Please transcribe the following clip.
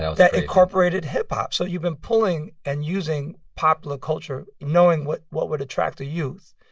so that incorporated hip-hop. so you've been pulling and using popular culture, knowing what what would attract the youth.